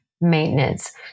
maintenance